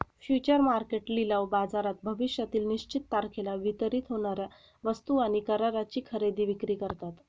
future market लिलाव बाजारात भविष्यातील निश्चित तारखेला वितरित होणार्या वस्तू आणि कराराची खरेदी विक्री करतात